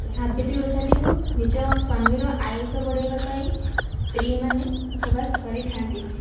ସାବିତ୍ରୀ ଓଷା ଟିକୁ ନିଜ ସ୍ୱାମୀର ଆୟୁଷ ବଢ଼େଇବା ପାଇଁ ସ୍ତ୍ରୀମାନେ ଉପବାସ କରିଥାନ୍ତି